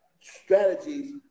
strategies